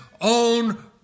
own